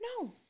No